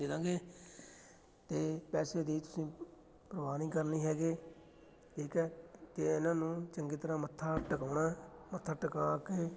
ਦੇ ਦੇਵਾਂਗੇ ਅਤੇ ਪੈਸੇ ਦੀ ਤੁਸੀਂ ਪਰਵਾਹ ਨਹੀਂ ਕਰਨੀ ਹੈਗੀ ਠੀਕ ਹੈ ਅਤੇ ਇਹਨਾਂ ਨੂੰ ਚੰਗੀ ਤਰ੍ਹਾਂ ਮੱਥਾ ਟਿਕਾਉਣਾ ਮੱਥਾ ਟੇਕਾ ਕੇ